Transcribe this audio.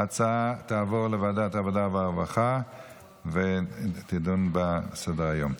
ההצעה תעבור לוועדת העבודה והרווחה ותידון בסדר-היום.